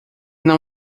não